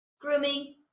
Grooming